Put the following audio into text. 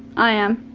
i am.